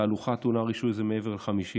תהלוכה טעונה רישוי כשזה מעבר ל-50 איש,